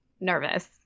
nervous